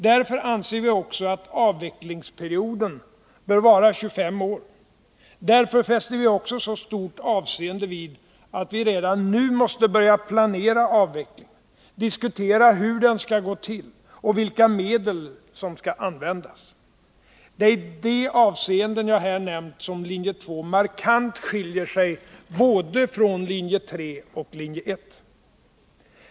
Därför anser vi också att avvecklingsperioden bör vara 25 år. Därför fäster vi också så stort avseende vid att vi redan nu måste börja planera avvecklingen, diskutera hur den skall gå till och vilka medel som skall användas. Det är i de avseenden jag här nämnt som linje 2 markant skiljer sig från både linje 3 och linje 1.